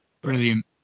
Brilliant